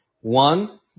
One